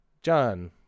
John